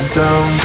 down